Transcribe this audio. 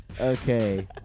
Okay